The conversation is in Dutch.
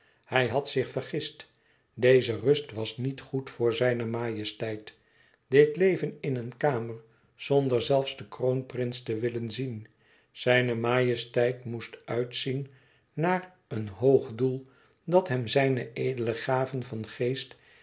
hij had zich vergist deze rust was niet goed voor zijne majesteit dit leven in een kamer zonder zelfs den kroonprins te willen zien zijne majesteit moest uitzien naar een hoog doel dat hem zijne edele gaven van geest